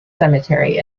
cemetery